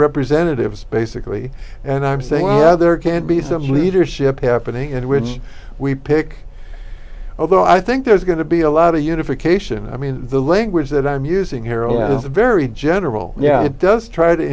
representatives basically and i'm saying how there can be some leadership happening in which we pick although i think there's going to be a lot of unification i mean the language that i'm using here and it's very general yeah it does try to